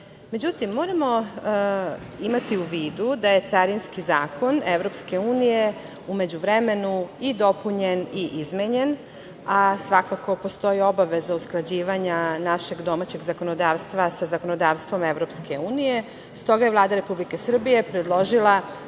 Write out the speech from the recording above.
godine.Međutim, moramo imati u vidu da je Carinski zakon EU u međuvremenu i dopunjen i izmenjen, a svakako postoji obaveza usklađivanja našeg domaćeg zakonodavstva sa zakonodavstvom EU. Stoga je Vlada Republike Srbije predložila